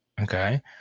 Okay